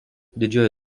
didžioji